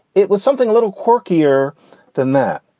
it was something a little quirkier than that.